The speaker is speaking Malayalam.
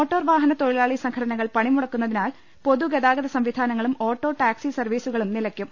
മോട്ടോർവാഹന തൊഴിലാളി സംഘടനകൾ പണിമു ടക്കുന്നതിനാൽ പൊതുഗതാഗത സംവിധാനങ്ങളും ഓട്ടോ ടാക്സി സർവീസുകളും നിലയ്ക്കും